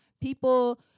people